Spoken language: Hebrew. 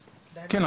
--- כן,